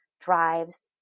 drives